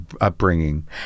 upbringing